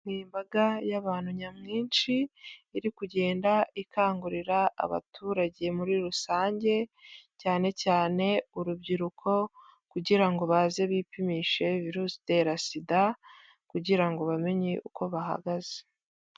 Imbaga y'abantu nyamwinshi iri kugenda ikangurira abaturage muri rusange cyane cyane urubyiruko kugira ngo baze bipimishe virus itera Sida kugira ngo bamenye uko bahagaze.